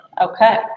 Okay